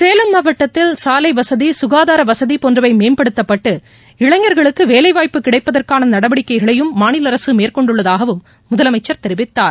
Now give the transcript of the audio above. சேலம் மாவட்டத்தில் சாலைவசதி சுகாதாரவசதிபோன்றவைமேம்படுத்தப்பட்டு இளைஞர்களுக்குவேலைவாய்ப்பு கிடைப்பதற்னனநடவடிக்கைகளையும் மாநிலஅரசுமேற்கொண்டுள்ளதாகவும் முதலமைச்சர் தெரிவித்தார்